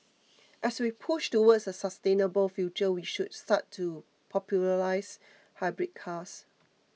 as we push towards a sustainable future we should start to popularise hybrid cars